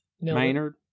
Maynard